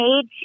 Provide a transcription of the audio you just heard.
age